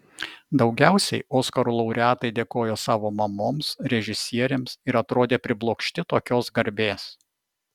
daugiausiai oskarų laureatai dėkojo savo mamoms režisieriams ir atrodė priblokšti tokios garbės